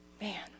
Man